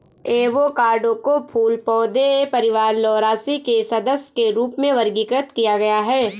avocado को फूल पौधे परिवार लौरासी के सदस्य के रूप में वर्गीकृत किया गया है